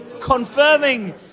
confirming